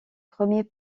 premiers